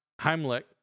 Heimlich